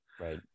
right